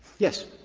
yes.